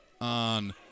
on